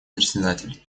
председатель